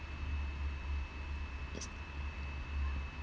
yes